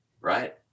right